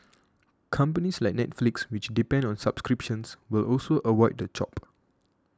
companies like Netflix which depend on subscriptions will also avoid the chop